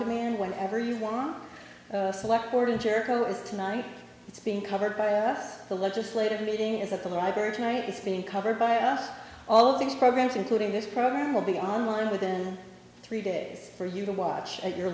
demand whenever you want select or to jericho is tonight it's being covered by the legislative meeting at the library tonight it's being covered by us all of these programs including this program will be online within three days for you to watch at your